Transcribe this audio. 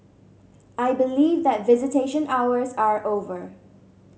I believe that visitation hours are over